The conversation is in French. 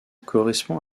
correspond